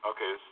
Okay